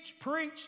preach